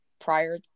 prior